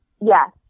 Yes